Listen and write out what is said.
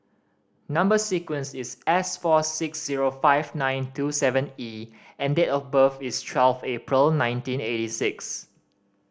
number sequence is S four six zero five nine two seven E and date of birth is twelve April nineteen eighty six